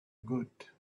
good